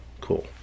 Cool